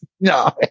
No